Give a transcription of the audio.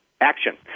action